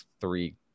three